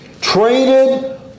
traded